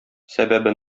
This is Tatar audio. сәбәбе